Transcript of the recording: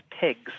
pigs